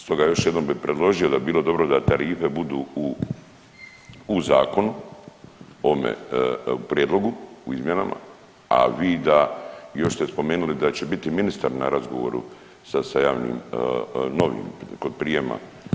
Stoga još jednom bih predložio da bi bilo dobro da tarife budu u zakonu, ovome prijedlogu, u izmjenama, a vi da, još ste spomenuli da će biti ministar na razgovoru sa javnim, novim kod prijema.